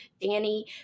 Danny